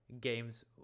games